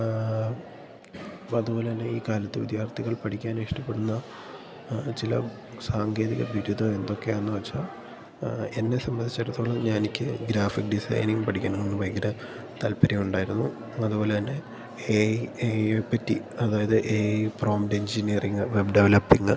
ആ അതു പോലെ തന്നെ ഈ കാലത്ത് വിദ്യാർത്ഥികൾ പഠിക്കാനിഷ്ടപ്പെടുന്ന ആ ചില സാങ്കേതിക ബിരുദം എന്തൊക്കെയാണെന്നു വെച്ചാൽ ആ എന്നെ സംബന്ധിച്ചിടത്തോളം ഞാൻ എനിക്ക് ഗ്രാഫിക് ഡിസൈനിംഗ് പഠിക്കണമെന്ന് ഭയങ്കര താൽപ്പര്യം ഉണ്ടായിരുന്നു അതു പോലെ തന്നെ എ ഐ എ ഐയെ പറ്റി അതായത് A I prompt engineering web developing